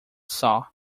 saw